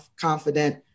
confident